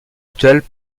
actuelles